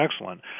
excellent